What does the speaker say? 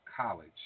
College